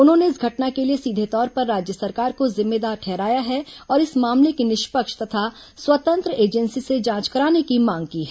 उन्होंने इस घटना के लिए सीधे तौर पर राज्य सरकार को जिम्मेदार ठहराया है और इस मामले की निष्पक्ष तथा स्वतंत्र एजेंसी से जांच कराने की मांग की है